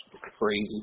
crazy